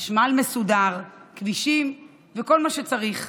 חשמל מסודר, כבישים וכל מה שצריך.